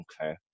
okay